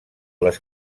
les